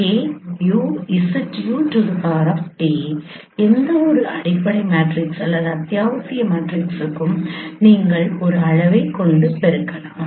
𝑆 𝑘𝑈𝑍𝑈𝑇 எந்தவொரு அடிப்படை மேட்ரிக்ஸ் அல்லது அத்தியாவசிய மேட்ரிக்ஸுக்கும் நீங்கள் ஒரு அளவைக் கொண்டு பெருக்கலாம்